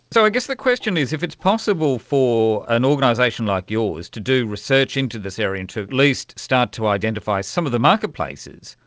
so i guess the question is if it's possible for an organisation like yours to do research into this area, to at least start to identify some of the marketplaces,